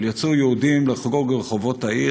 יצאו יהודים לחגוג ברחובות העיר,